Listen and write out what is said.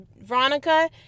veronica